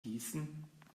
gießen